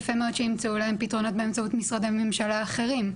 יפה מאוד שימצאו להם פתרונות באמצעות משרדי ממשלה אחרים.